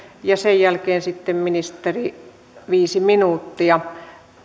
ja sen jälkeen sitten ministeri viisi minuuttia